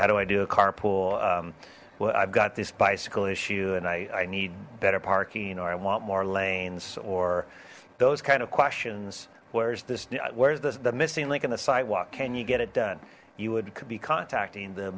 how do i do a carpool well i've got this bicycle issue and i need better parking or i want more lanes or those kind of questions where's this where's the missing link in the sidewalk can you get it done you would be contacting the